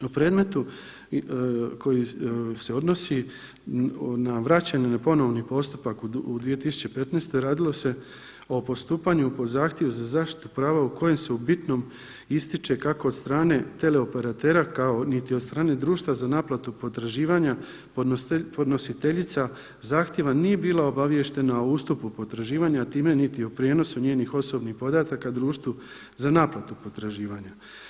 O predmetu koji se odnosi na vraćanje na ponovni postupak u 2015. radilo se o postupanju po zahtjevu za zaštitu prava u kojem se u bitnom ističe kako od strane teleoperatera kao niti od strane društva za naplatu potraživanja, podnositeljica zahtjeva nije bila obaviještena o ustupu potraživanja, a time niti o prijenosu njenih osobnih podataka društvu za naplatu potraživanja.